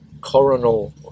coronal